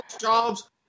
jobs